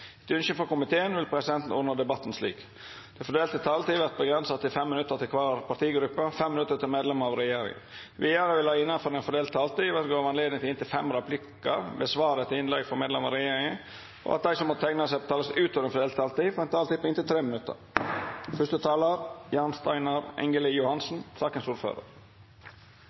Etter ynske frå helse- og omsorgskomiteen vil presidenten ordna debatten slik: Den fordelte taletida vert avgrensa til 5 minutt til kvar partigruppe og 5 minutt til medlemer av regjeringa. Vidare vil det – innanfor den fordelte taletida – verta gjeve anledning til inntil fem replikkar med svar etter innlegg frå medlemer av regjeringa, og dei som måtte teikna seg på talarlista utover den fordelte taletida, får ei taletid på inntil